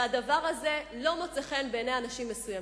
והדבר הזה לא מוצא חן בעיני אנשים מסוימים.